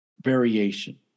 variation